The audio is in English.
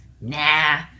Nah